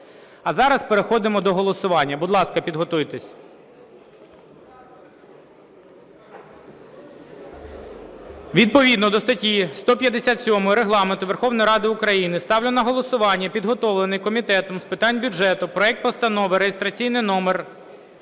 А зараз переходимо до голосування. Будь ласка, підготуйтесь. Відповідно до статті 157 Регламенту Верховної Ради України, ставлю на голосування підготовлений Комітетом з питань бюджету проект Постанови (реєстраційний номер